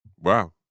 Wow